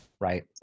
right